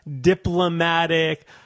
diplomatic